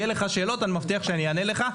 אם יהיו לך שאלות, אני מבטיח שאני אענה לך.